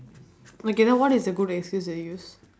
okay then what is a good excuse that you use